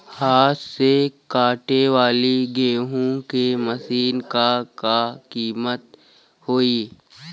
हाथ से कांटेवाली गेहूँ के मशीन क का कीमत होई?